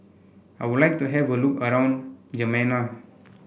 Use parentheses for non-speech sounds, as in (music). I would like to have a look around (unintelligible)